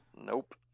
Nope